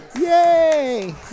yay